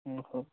ଓହୋ